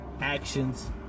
actions